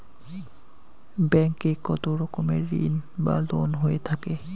Bank এ কত রকমের ঋণ বা লোন হয়ে থাকে?